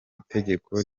itegeko